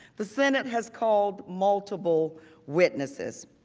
the senate has called multiple witnesses.